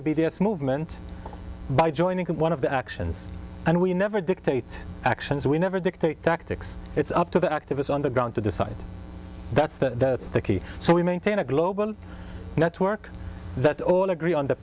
s movement by joining one of the actions and we never dictate actions we never dictate tactics it's up to the activists on the ground to decide that's the key so we maintain a global network that all agree on the